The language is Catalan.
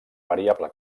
variable